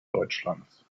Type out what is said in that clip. deutschlands